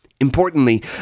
Importantly